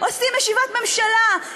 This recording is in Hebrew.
עושים ישיבת ממשלה,